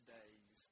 Days